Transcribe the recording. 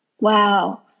Wow